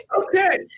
Okay